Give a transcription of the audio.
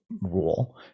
rule